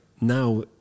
Now